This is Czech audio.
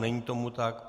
Není tomu tak.